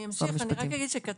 אני אמשיך, אני רק אגיד שקטונתי,